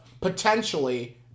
potentially